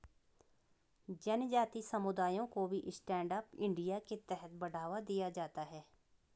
जनजाति समुदायों को भी स्टैण्ड अप इंडिया के तहत बढ़ावा दिया जाता है